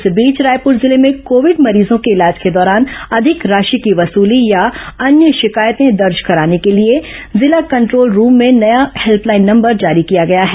इस बीच रायपुर जिले में कोविड मरीजों के इलाज के दौरान अधिक राशि की वसुली या अन्य शिकायतें दर्ज कराने के लिए जिला कंट्रोल रूम में नया हेल्पलाइन नंबर जारी किया गया है